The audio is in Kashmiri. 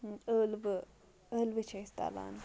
ٲلوٕ ٲلوٕ چھِ أسۍ تَلان